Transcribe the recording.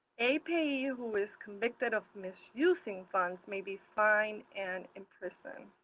a payee who is convicted of misusing funds may be fined and imprisoned.